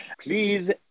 Please